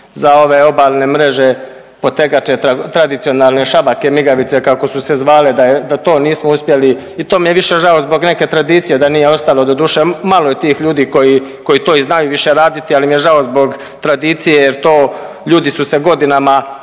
za ove obalne mreže potegače tradicionalne šabake migavice kako su se zvale da to nismo uspjeli i to mi je više žao zbog neke tradicije da nije ostalo doduše malo je tih ljudi koji to i znaju više raditi, ali im je žao zbog tradicije jer to ljudi su se godinama